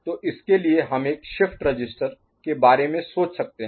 तो इसके लिए हम एक शिफ्ट रजिस्टर के बारे में सोच सकते हैं